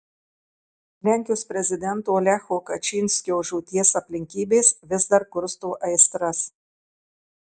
lenkijos prezidento lecho kačynskio žūties aplinkybės vis dar kursto aistras